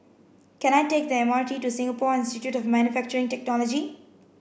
can I take the M R T to Singapore Institute of Manufacturing Technology